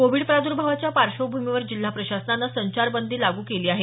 Covid प्रादुर्भावाच्या पार्श्वभूमीवर जिल्हा प्रशासनाने संचारबंदी लागू केली आहे